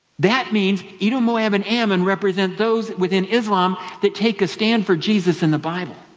that means edom, moab and ammon represent those within islam that take a stand for jesus and the bible.